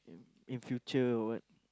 in future or what